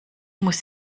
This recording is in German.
muss